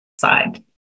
side